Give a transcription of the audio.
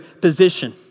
position